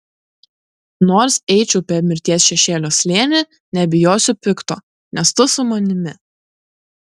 nors eičiau per mirties šešėlio slėnį nebijosiu pikto nes tu su manimi